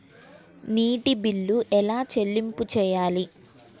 నీటి బిల్లు ఎలా చెల్లింపు చేయాలి?